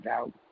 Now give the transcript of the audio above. out